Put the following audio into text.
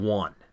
one